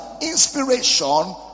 inspiration